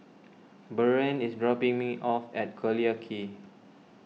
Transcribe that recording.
Buren is dropping me off at Collyer Quay